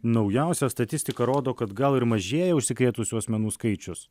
naujausia statistika rodo kad gal ir mažėja užsikrėtusių asmenų skaičius